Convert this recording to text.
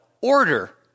order